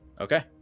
Okay